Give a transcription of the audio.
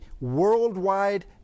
worldwide